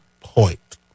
point